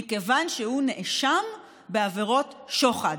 מכיוון שהוא נאשם בעבירות שוחד,